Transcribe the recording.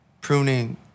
Pruning